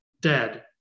dead